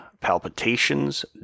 palpitations